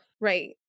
Right